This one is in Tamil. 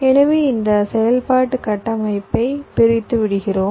எனவே இந்த செயல்பாட்டு கட்டமைப்பை பிரித்து விடுகிறோம்